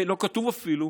לא כתוב אפילו,